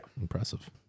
Impressive